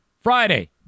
Friday